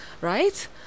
right